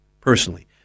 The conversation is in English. personally